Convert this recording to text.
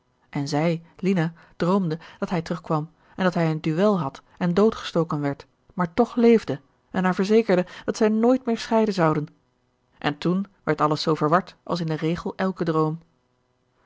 en zij lina droomde dat hij terugkwam en dat hij een duel had en doodgestoken werd maar toch leefde en haar verzekerde dat zij nooit meer scheiden zouden en toen werd alles zoo verward als in den regel elke droom